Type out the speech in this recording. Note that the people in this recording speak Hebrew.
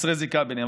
וחסרי זיקה ביניהם.